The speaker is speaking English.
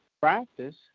practice